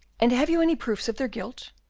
and have you any proofs of their guilt?